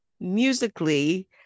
Musically